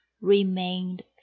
remained